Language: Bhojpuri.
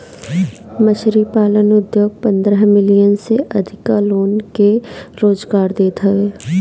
मछरी पालन उद्योग पन्द्रह मिलियन से अधिका लोग के रोजगार देत हवे